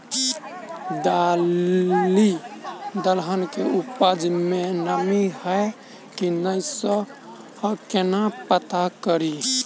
दालि दलहन केँ उपज मे नमी हय की नै सँ केना पत्ता कड़ी?